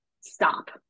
stop